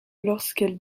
lorsqu’elle